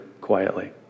quietly